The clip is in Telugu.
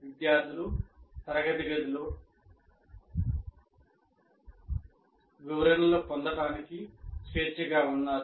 విద్యార్థులు తరగతి గదిలో వివరణలు పొందటానికి స్వేచ్ఛగా ఉన్నారు